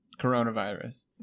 coronavirus